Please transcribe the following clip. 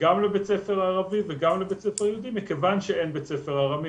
גם לבית ספר ערבי וגם לבית ספר יהודי מכיוון שאין בית ספר ארמי.